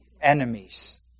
enemies